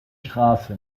strasse